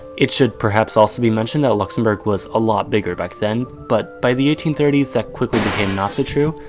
it should perhaps also be mentioned that luxembourg was ah much bigger back then, but by the eighteen thirty s, that quickly became not so true,